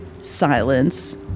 Silence